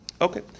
Okay